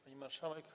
Pani Marszałek!